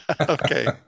Okay